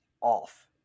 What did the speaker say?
off